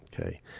Okay